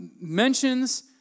mentions